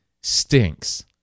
stinks